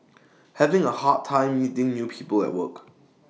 having A hard time meeting new people at work